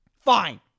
Fine